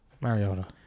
Mariota